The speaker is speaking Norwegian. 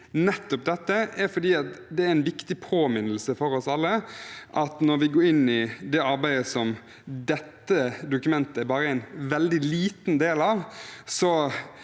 nettopp dette, er at det er en viktig påminnelse for oss alle at når vi går inn i det arbeidet som dette dokumentet bare er en veldig liten del av, må